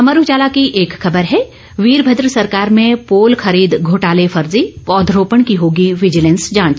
अमर उजाला की एक खबर है वीरमद्र सरकार में पोल खरीद घोटाले फर्जी पौधरोपण की होगी विजिलेंस जांच